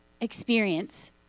experience